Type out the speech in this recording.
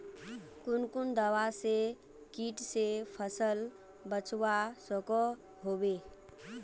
कुन कुन दवा से किट से फसल बचवा सकोहो होबे?